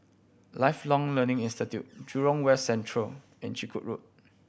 Lifelong Learning Institute Jurong West Central and Chiku Road